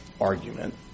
argument